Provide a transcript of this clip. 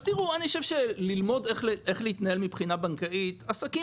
אני חושב שללמוד איך להתנהל מבחינה בנקאית עסקים